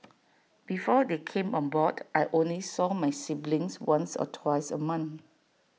before they came on board I only saw my siblings once or twice A month